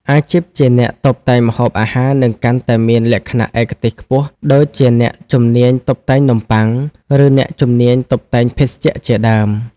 អាជីពជាអ្នកតុបតែងម្ហូបអាហារនឹងកាន់តែមានលក្ខណៈឯកទេសខ្ពស់ ដូចជាអ្នកជំនាញតុបតែងនំបុ័ង ឬអ្នកជំនាញតុបតែងភេសជ្ជៈជាដើម។